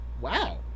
wow